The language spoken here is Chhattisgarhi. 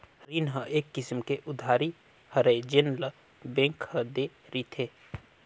रीन ह एक किसम के उधारी हरय जेन ल बेंक ह दे रिथे